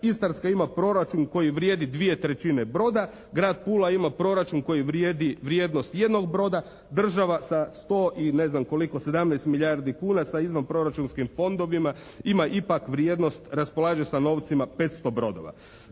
istarska ima proračun koji vrijedi 2/3 broda. Grad Pula ima proračun koji vrijedi vrijednost jednog broda. Država sa 100 i ne znam koliko 17 milijardi kuna sa … /Govornik se ne razumije./ … proračunskim fondovima ima ipak vrijednost, raspolaže sa novcima 500 brodova.